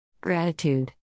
gratitude